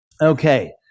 Okay